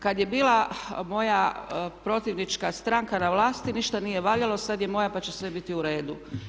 Kad je bila moja protivnička stranka na vlasti ništa nije valjalo, sad je moja, pa će sve biti u redu.